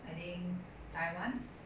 I think taiwan